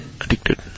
addicted